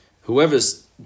...whoever's